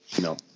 No